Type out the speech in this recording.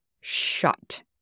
shut